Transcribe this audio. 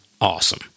awesome